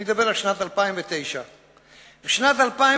אני מדבר על שנת 2009. בשנת 2009